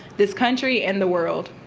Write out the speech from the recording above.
this country and the world.